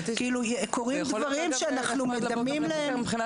קורים דברים שאנחנו מדמים להם פעילויות.